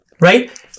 Right